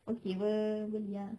okay [pe] beli ah